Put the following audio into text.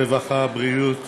הרווחה והבריאות